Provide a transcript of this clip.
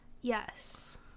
Yes